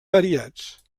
variats